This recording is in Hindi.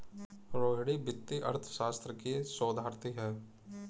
रोहिणी वित्तीय अर्थशास्त्र की शोधार्थी है